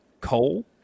coal